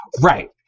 Right